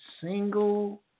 single